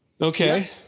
Okay